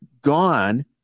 gone